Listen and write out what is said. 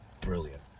brilliant